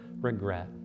regret